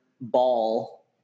ball